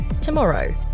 tomorrow